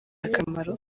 akamaro